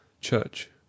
CHURCH